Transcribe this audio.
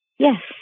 Yes